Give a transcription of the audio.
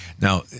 Now